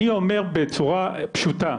אני אומר בצורה פשוטה,